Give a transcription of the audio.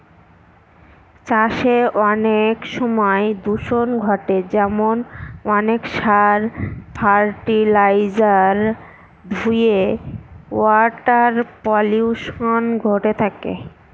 চাষে অনেক সময় দূষন ঘটে যেমন অনেক সার, ফার্টিলাইজার ধূয়ে ওয়াটার পলিউশন ঘটে থাকে